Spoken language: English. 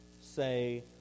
say